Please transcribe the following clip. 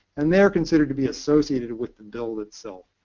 and they're considered to be associated with the build itself.